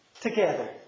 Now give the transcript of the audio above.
together